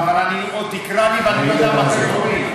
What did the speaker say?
אבל עוד תקרא לי, ואני לא יודע מתי תורי.